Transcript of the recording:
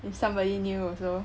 if somebody new also